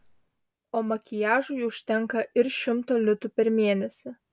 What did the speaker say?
o makiažui užtenka ir šimto litų per mėnesį